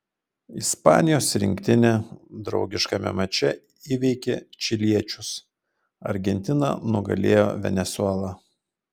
ispanijos rinktinė draugiškame mače įveikė čiliečius argentina nugalėjo venesuelą